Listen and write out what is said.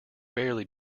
barely